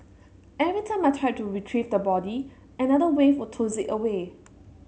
every time I tried to retrieve the body another wave would toss it away